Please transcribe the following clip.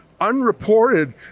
unreported